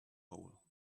hole